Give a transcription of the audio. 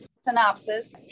synopsis